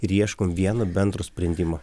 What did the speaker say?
ir ieškom vieno bendro sprendimo